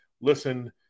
listen